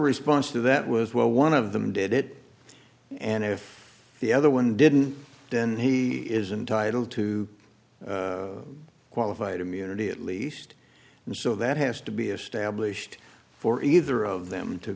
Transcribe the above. response to that was well one of them did it and if the other one didn't then he is entitle to qualified immunity at least and so that has to be established for either of them to